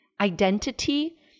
identity